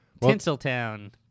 Tinseltown